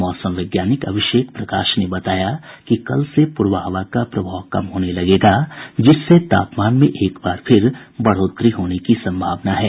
मौसम वैज्ञानिक अभिषेक प्रकाश ने बताया कि कल से पूरबा हवा का प्रभाव कम होने लगेगा जिससे तापमान में एक बार फिर बढ़ोतरी होने की सम्भावना है